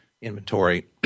inventory